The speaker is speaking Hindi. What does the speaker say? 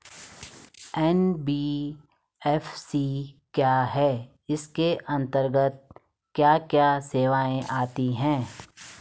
एन.बी.एफ.सी क्या है इसके अंतर्गत क्या क्या सेवाएँ आती हैं?